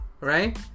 right